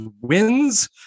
wins